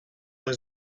was